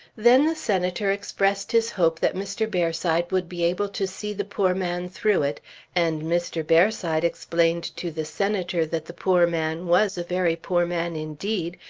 then the senator expressed his hope that mr. bearside would be able to see the poor man through it, and mr. bearside explained to the senator that the poor man was a very poor man indeed,